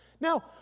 Now